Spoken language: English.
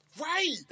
Right